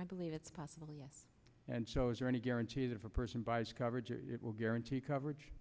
i believe it's possible yes and so is there any guarantee that if a person buys coverage it will guarantee coverage